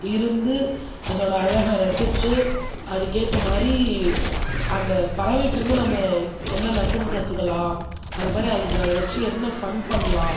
இருந்து அதோடய அழகை ரசிச்சு அதுக்கு ஏற்ற மாதிரி அந்த பறவைகிட்டருந்து நம்ம என்ன லெஸன் கற்றுக்கலாம் அதை மாதிரி அதை வச்சு என்ன ஃபன் பண்ணலாம்